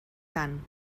tant